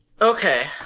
Okay